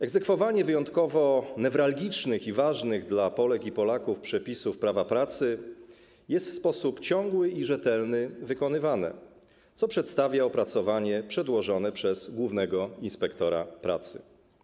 Egzekwowanie wyjątkowo newralgicznych i ważnych dla Polek i Polaków przepisów prawa pracy jest w sposób ciągły i rzetelny wykonywane, co przedstawia opracowanie przedłożone przez głównego inspektora pracy.